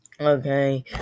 okay